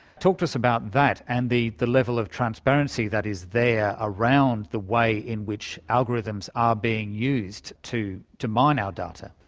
talk to us about that and the the level of transparency that is there around the way in which algorithms are being used to to mine our data.